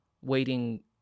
waiting